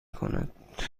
کند